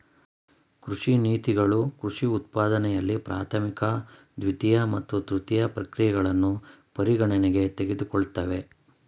ಕೃಷಿ ನೀತಿಗಳು ಕೃಷಿ ಉತ್ಪಾದನೆಯಲ್ಲಿ ಪ್ರಾಥಮಿಕ ದ್ವಿತೀಯ ಮತ್ತು ತೃತೀಯ ಪ್ರಕ್ರಿಯೆಗಳನ್ನು ಪರಿಗಣನೆಗೆ ತೆಗೆದುಕೊಳ್ತವೆ